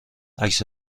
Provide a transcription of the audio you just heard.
عکس